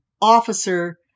officer